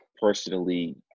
personally